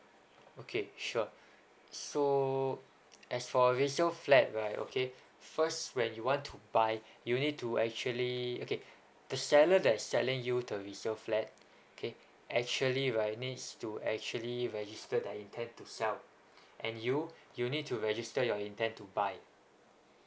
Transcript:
okay sure so as for resale flat right okay first when you want to buy you need to actually okay the seller that selling you the resale flat okay actually right needs to actually registered the intent to sell and you you need to register your intent to buy